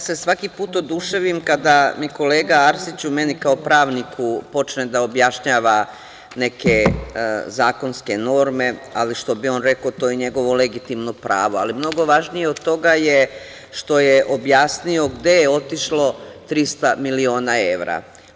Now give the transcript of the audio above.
Svaki put se oduševim kada meni kolega Arsić, kao pravniku, počne da objašnjava neke zakonske norme, ali što bi on rekao – to je njegovo legitimno pravo, ali mnogo važnije od toga je što je objasnio gde je otišlo 300 miliona evra.